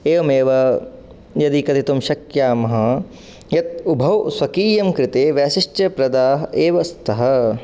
एवमेव यदि कथितुं शक्नुमः यत् उभौ स्वकीयं कृते वैशिष्टप्रदाः एव स्तः